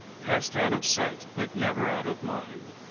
passed out of sight but never out of mind,